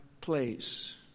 place